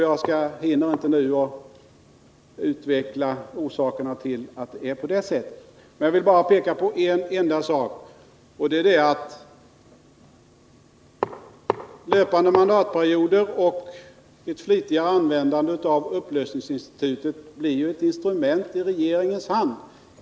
Jag hinner inte nu utveckla resonemanget kring varför det är på det sättet. Jag skall bara peka på en av nackdelarna med en övergång till den engelska modellen: löpande mandatperioder och ett flitigare användande av upplösningsinstitutet blir ett instrument i regeringens hand.